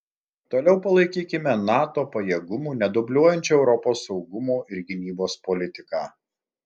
toliau palaikykime nato pajėgumų nedubliuojančią europos saugumo ir gynybos politiką